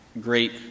great